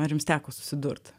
ar jums teko susidurt